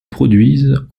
produisent